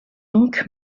donc